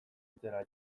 bizitzera